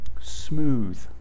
smooth